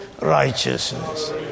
righteousness